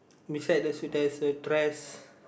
beside the suit there's a dress